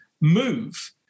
move